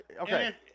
Okay